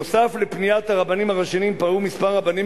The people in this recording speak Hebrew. נוסף על פניית הרבנים הראשיים פנו כמה רבנים